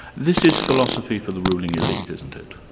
this is philosophy for the ruling elite, isn't it?